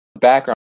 background